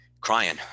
crying